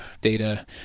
data